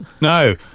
No